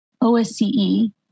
OSCE